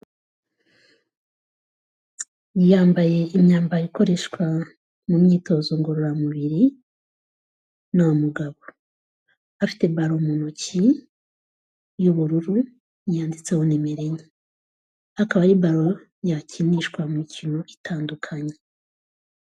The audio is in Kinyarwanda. Yambaye imyambaro ikoreshwa mu myitozo ngororamubiri ni umugabo, afite balo mu ntoki y'ubururu yanditseho nimero enye, akaba ari balo yakinishwa mu mikino itandukanye.